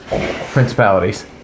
principalities